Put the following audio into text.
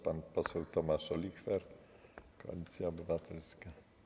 Pan poseł Tomasz Olichwer, Koalicja Obywatelska.